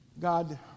God